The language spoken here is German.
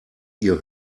ihr